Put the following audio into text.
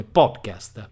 podcast